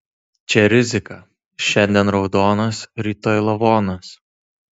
čia rizika šiandien raudonas rytoj lavonas